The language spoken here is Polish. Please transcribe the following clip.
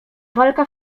walka